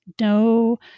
no